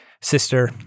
Sister